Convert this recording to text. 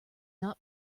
not